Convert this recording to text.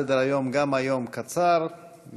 סדר-היום קצר גם היום,